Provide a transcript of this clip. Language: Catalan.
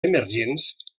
emergents